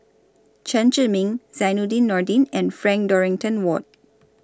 Chen Zhiming Zainudin Nordin and Frank Dorrington Ward